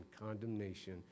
condemnation